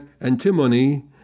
antimony